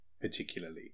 particularly